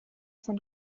von